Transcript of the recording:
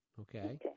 Okay